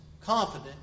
confident